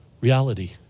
Reality